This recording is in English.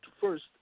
first